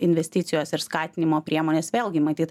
investicijos ir skatinimo priemonės vėlgi matyt